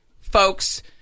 folks